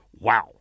Wow